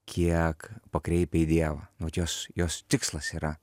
kiek pakreipia į dievą na vat jos jos tikslas yra